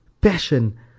passion